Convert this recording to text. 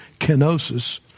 kenosis